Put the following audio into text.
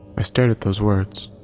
i stared at those words,